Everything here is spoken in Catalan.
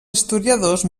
historiadors